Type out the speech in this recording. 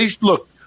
look